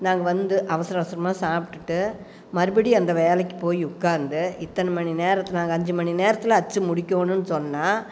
நாங்கள் வந்து அவசரம் அவசரமாக சாப்பிட்டுட்டு மறுபடியும் அந்த வேலைக்கு போய் உட்காந்து இத்தனை மணி நேரத்தில் நாங்கள் அஞ்சு மணி நேரத்தில் அச்சு முடிக்கணும்னு சொன்னால்